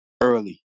early